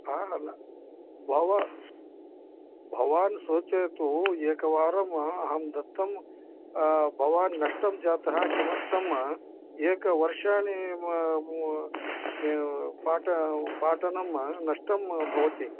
न न भव भवान् सूचयतु एकवारं अहं दत्तं भवान् नष्टं जातः किमर्थं एकवर्षाणि पाठ पाठनं नष्टं भवति